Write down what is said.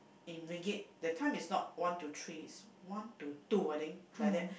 and ringgit that time it's not one to three it's one to two I think like that